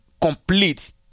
complete